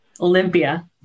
Olympia